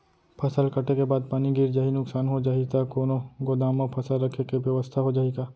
फसल कटे के बाद पानी गिर जाही, नुकसान हो जाही त कोनो गोदाम म फसल रखे के बेवस्था हो जाही का?